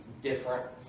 different